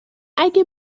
اگه